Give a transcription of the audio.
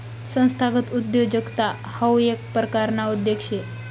संस्थागत उद्योजकता हाऊ येक परकारना उद्योग शे